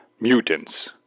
Mutants